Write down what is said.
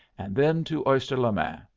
and then to oyster-le-main!